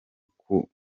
kunganya